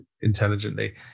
intelligently